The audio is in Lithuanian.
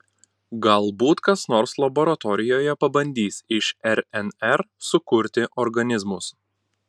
galbūt kas nors laboratorijoje pabandys iš rnr sukurti organizmus